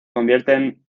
convierten